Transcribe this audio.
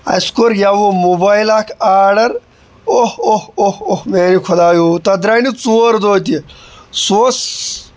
اَسہِ کوٚر یَوٕ موبایل اکھ آڈر اوٚہ اوٚہ اوٚہ اوٚہ میانہِ خۄدایو تَتھ دراے نہٕ ژور دۄہ تہِ سُہ اوس